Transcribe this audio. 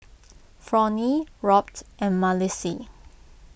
Fronie Robt and Malissie